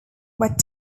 but